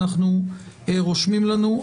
אנחנו רושמים לנו.